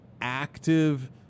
active